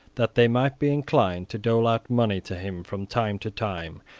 that they might be inclined to dole out money to him from time to time,